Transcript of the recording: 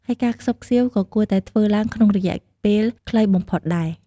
ហើយការខ្សឹបខ្សៀវក៏គួរតែធ្វើឡើងក្នុងរយៈពេលខ្លីបំផុតដែរ។